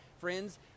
Friends